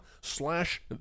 slash